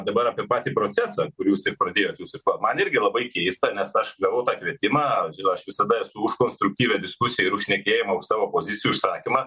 dabar apie patį procesą kur jūs ir pradėjot jūs ir pa man irgi labai keista nes aš gavau kvietimą a džiuriu aš visada esu už konstruktyvią diskusiją ir už šnekėjimą už savo pozicijų užsakymą